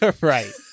Right